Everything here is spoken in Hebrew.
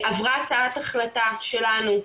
עברה הצעת החלטה שלנו,